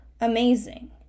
amazing